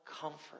comfort